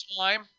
time